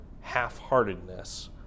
half-heartedness